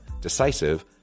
decisive